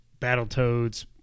Battletoads